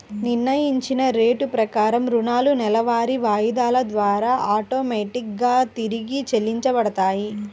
నిర్ణయించిన రేటు ప్రకారం రుణాలు నెలవారీ వాయిదాల ద్వారా ఆటోమేటిక్ గా తిరిగి చెల్లించబడతాయి